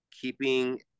keeping